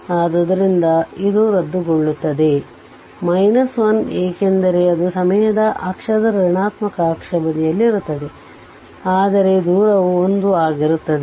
ಆದ್ದರಿಂದ ಇದು ರದ್ದುಗೊಳ್ಳುತ್ತದೆ 1 ಏಕೆಂದರೆ ಅದು ಸಮಯದ ಅಕ್ಷದ ಋಣಾತ್ಮಕ ಅಕ್ಷಬದಿಯಲ್ಲಿರುತ್ತದೆ ಆದರೆ ದೂರವು 1 ಆಗಿರುತ್ತದೆ